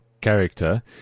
character